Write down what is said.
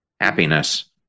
happiness